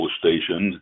station